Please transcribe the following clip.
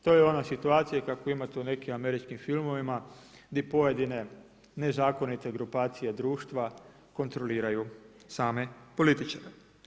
To je ona situacija kakvu imate u nekim američkim filmovima gdje pojedine nezakonite grupacije društva kontroliraju same političare.